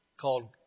called